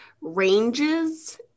ranges